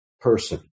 person